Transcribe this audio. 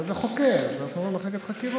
זה חוקר, אנחנו מדברים על מחלקת חקירות.